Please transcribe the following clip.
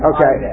Okay